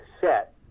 set